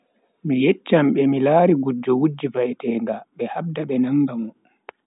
Mi yecchan be mi lari gujjo wujji va'etenga be habda be nanga mo.